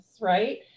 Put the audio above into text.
right